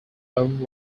own